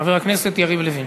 חבר הכנסת יריב לוין.